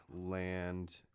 land